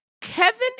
kevin